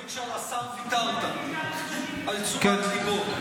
אני מבין שעל השר ויתרת, על תשומת ליבו.